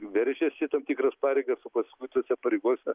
veržiasi į tam tikras pareigas o paskui tose pareigose